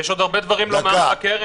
יש עוד הרבה דברים לומר על הקרן.